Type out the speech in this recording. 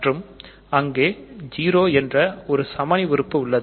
மற்றும் அங்கே 0 என்ற ஒரு சமணி உறுப்பு உள்ளது